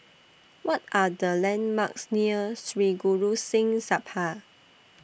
What Are The landmarks near Sri Guru Singh Sabha